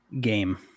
game